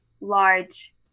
large